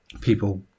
people